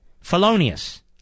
felonious